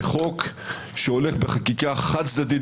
זה חוק שהולך בחקיקה חד-צדדית,